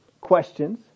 questions